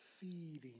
feeding